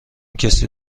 کسی